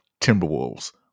Timberwolves